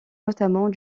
notamment